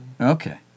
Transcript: Okay